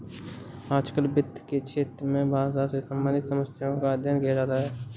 आजकल वित्त के क्षेत्र में भाषा से सम्बन्धित समस्याओं का अध्ययन किया जाता है